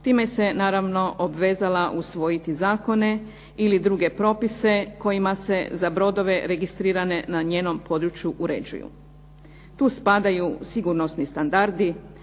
time se naravno obvezala usvojiti zakone ili druge propise kojima se za brodove registrirane na njenom području uređuju. Tu spadaju sigurnosni standardi,